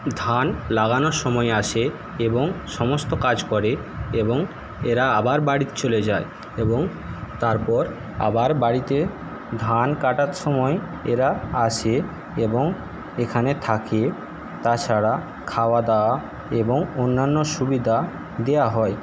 ধান লাগানোর সময় আসে এবং সমস্ত কাজ করে এবং এরা আবার বাড়ি চলে যায় এবং তারপর আবার বাড়িতে ধান কাটার সময় এরা আসে এবং এখানে থাকে তাছাড়া খাওয়াদাওয়া এবং অন্যান্য সুবিধা দেওয়া হয়